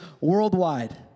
worldwide